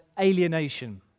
alienation